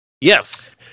Yes